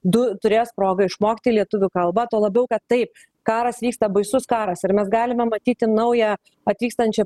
du turės progą išmokti lietuvių kalbą tuo labiau kad taip karas vyksta baisus karas ir mes galime matyti naują atvykstančią